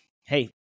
hey